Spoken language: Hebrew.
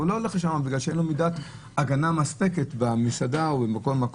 לא הולך לשם כי אין לו הגנה מספקת במסעדה או בהופעה.